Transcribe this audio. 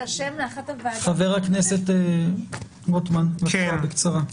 חבר הכנסת רוטמן, בבקשה.